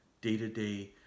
day-to-day